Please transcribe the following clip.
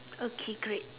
okay great